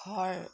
ঘৰ